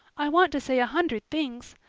i want to say a hundred things,